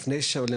לפני שהם עולים.